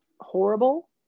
horrible